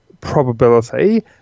probability